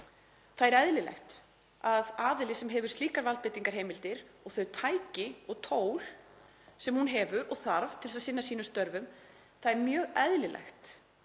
Það er eðlilegt að með aðila sem hefur slíkar valdbeitingarheimildir og þau tæki og tól sem hún hefur og þarf til þess að sinna sínum störfum sé eftirlit, það er mjög eðlilegt